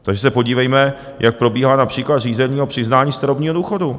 Takže se podívejme, jak probíhá například řízení o přiznání starobního důchodu.